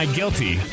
guilty